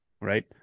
Right